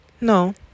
no